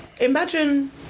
Imagine